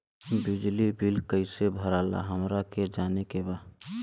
बिजली बिल कईसे भराला हमरा के जाने के बा?